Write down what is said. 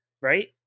right